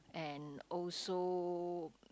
and also